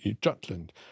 Jutland